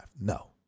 No